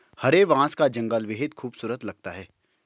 हरे बांस का जंगल बेहद खूबसूरत लगता है